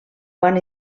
van